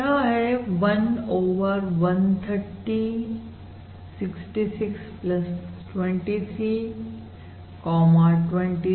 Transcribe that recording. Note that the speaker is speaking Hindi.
यह है 1 ओवर 130 6623 23 64